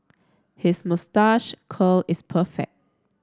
his moustache curl is perfect